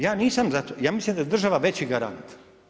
Ja nisam za to, ja mislim da je država veći garant.